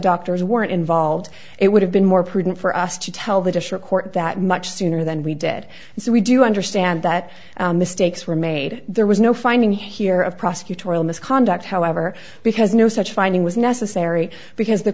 doctors weren't involved it would have been more prudent for us to tell the district court that much sooner than we did and so we do understand that mistakes were made there was no finding here of prosecutorial misconduct however because no such finding was necessary because the